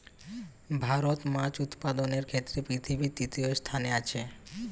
ভারত মাছ উৎপাদনের ক্ষেত্রে পৃথিবীতে তৃতীয় স্থানে আছে